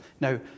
Now